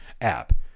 app